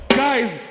guys